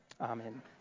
amen